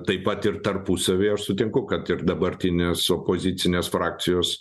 taip pat ir tarpusavyje aš sutinku kad ir dabartinės opozicinės frakcijos